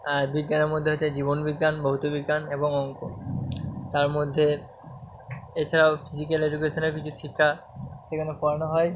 আর বিজ্ঞানের মধ্যে হচ্ছে জীবনবিজ্ঞান ভৌতবিজ্ঞান এবং অঙ্ক তার মধ্যে এছাড়াও ফিজিক্যাল এডুকেশনের কিছু শিক্ষা সেখানে পড়ানো হয়